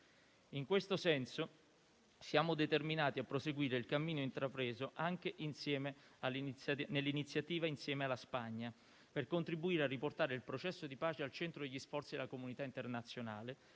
In questo senso, siamo determinati a proseguire il cammino intrapreso nell'iniziativa assieme alla Spagna, per contribuire a riportare il processo di pace al centro degli sforzi della comunità internazionale;